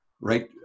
Right